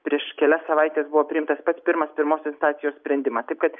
prieš kelias savaites buvo priimtas pats pirmas pirmos instancijos sprendimas taip kad